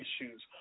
issues